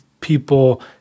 people